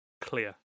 clear